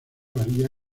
varía